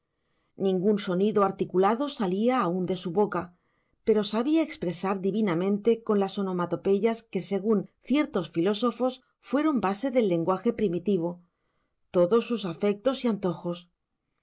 ningún sonido articulado salía aún de su boca pero sabía expresar divinamente con las onomatopeyas que según ciertos filólogos fueron base del lenguaje primitivo todos sus afectos y antojos